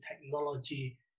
technology